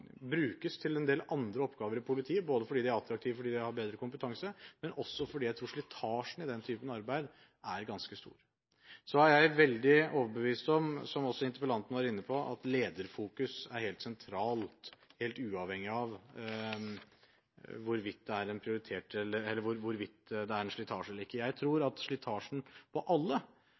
brukes til en del andre oppgaver i politiet, fordi de er attraktive, og fordi de har bedre kompetanse, men også fordi jeg tror slitasjen i den typen arbeid er ganske stor. Så er jeg, som også interpellanten var inne på, veldig overbevist om at lederfokus er helt sentralt, helt uavhengig av hvorvidt det er en slitasje eller ikke. Jeg tror at slitasjen på alle blir mindre hvis en har et lederfokus, og en kjenner på at